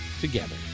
together